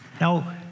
Now